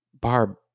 Barb